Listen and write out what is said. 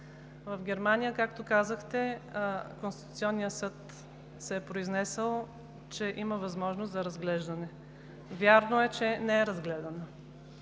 В Германия, както казахте, конституционният съд се е произнесъл, че има възможност за разглеждане. Вярно е, че не е разгледана,